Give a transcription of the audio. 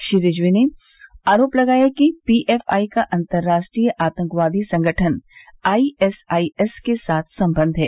श्री रिजवी ने आरोप लगाया है कि पीएफआई का अन्तर्राष्ट्रीय आतंकवादी संगठन आईएसआईएस के साथ संबंध है